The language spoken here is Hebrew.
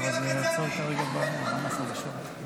למה הסכמתי להחליף?